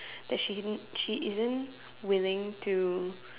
that she she isn't willing to